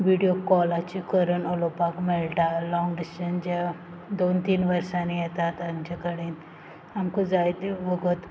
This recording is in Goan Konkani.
विडीयो कॉलाचे करून उलोवपाक मेळटा लॉंग डिसटन्स जे दोन तीन वर्सांनी येतात तांचे कडेन आमकां जायते वगत